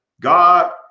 God